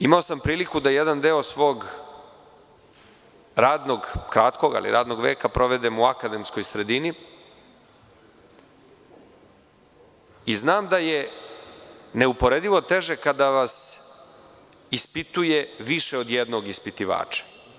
Imao sam priliku da jedan deo svog radnog, kratkog ali radnog veka provedem u akademskoj sredini i znam da je neuporedivo teže kada vas ispituje više od jednog ispitivača.